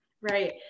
Right